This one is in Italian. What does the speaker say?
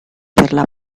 per